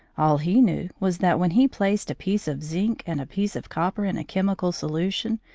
all he knew was that when he placed a piece of zinc and a piece of copper in a chemical solution,